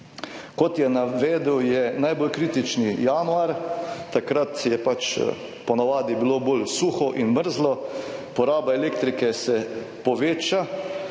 Kot je navedel je najbolj kritični januar, takrat je pač po navadi bilo bolj suho in mrzlo, poraba elektrike se poveča,